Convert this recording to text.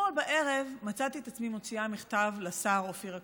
אתמול בערב מצאתי את עצמי מוציאה מכתב לשר אופיר אקוניס.